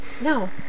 No